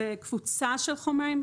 זו קבוצה של חומרים.